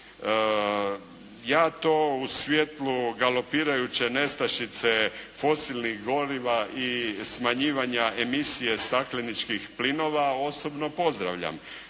Ja to u svijetlu galopirajuće nestašice fosilnih goriva i smanjivanja emisije stakleničkih plinova osobno pozdravljam,